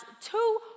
two